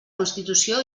constitució